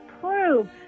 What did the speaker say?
prove